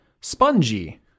spongy